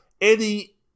Eddie